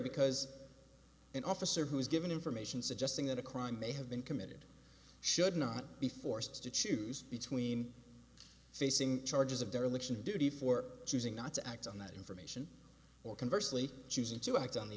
because an officer who is given information suggesting that a crime may have been committed should not be forced to choose between facing charges of dereliction of duty for choosing not to act on that information or conversely choosing to act on the